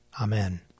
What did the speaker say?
Amen